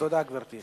תודה, גברתי.